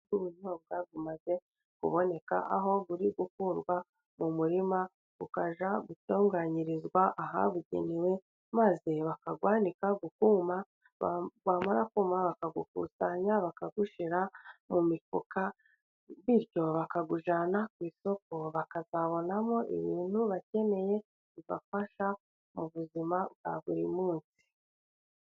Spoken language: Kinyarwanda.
Ubunyobwa bumaze kuboneka aho buri gukurwa mu murima bukajya gutunganyirizwa ahabugenewe, maze bakabwanika bukuma, bwamara kuma bakabukusanya, bakabushyira mu mifuka, bityo bakabujyana ku isoko, bakazabonamo ibintu bakeneye bibafasha mu buzima bwa buri munsi.